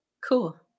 cool